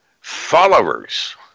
followers